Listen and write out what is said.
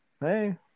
Hey